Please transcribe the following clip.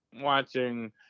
watching